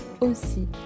aussi